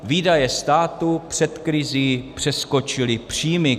Výdaje státu před krizí přeskočily příjmy.